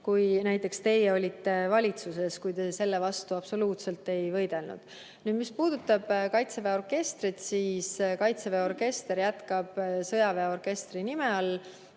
kui näiteks teie olite valitsuses, ja te selle vastu absoluutselt ei võidelnud. Mis puudutab Kaitseväe orkestrit, siis orkester jätkab sõjaväeorkestri nime all,